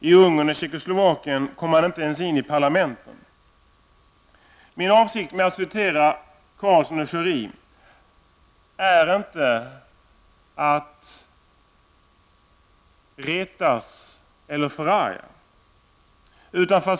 I Ungern och Tjeckoslovakien kom de inte ens in i parlamenten. Min avsikt med att citera Ingvar Carlsson och Pierre Schori är inte att retas eller förarga.